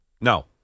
No